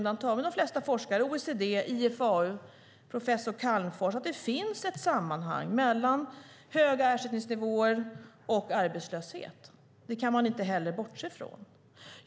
Det menar alla forskare, såväl svenska som utländska - det finns säkert undantag i och för sig - från OECD och IFAU och exempelvis professor Calmfors. Det kan man inte heller bortse från.